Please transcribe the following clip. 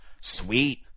sweet